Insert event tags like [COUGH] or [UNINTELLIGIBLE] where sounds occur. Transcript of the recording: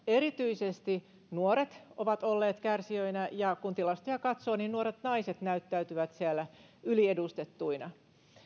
[UNINTELLIGIBLE] erityisesti nuoret ovat olleet kärsijöinä ja kun tilastoja katsoo niin nuoret naiset näyttäytyvät siellä yliedustettuina